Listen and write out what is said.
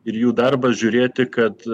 ir jų darbas žiūrėti kad